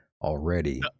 already